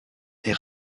est